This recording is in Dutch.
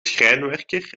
schrijnwerker